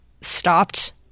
stopped